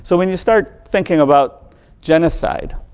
so when you start thinking about genocide,